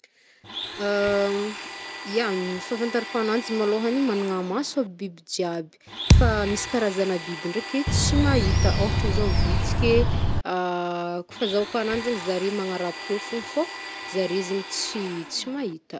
Ia! Ny fafantarako ananjy môlôhany, managna maso aby biby jiaby. Fa misy karazana biby ndreky, tsy mahita! Ôhatra zao vitske, ko fazoako ananjy zare manara-pofon fô, zare zegny tsy- tsy mahita.